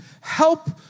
help